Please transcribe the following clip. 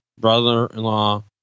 brother-in-law